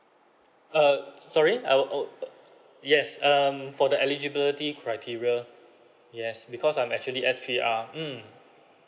err sorry I'll uh yes um for the eligibility criteria yes because I'm actually S_P_R mm